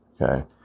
Okay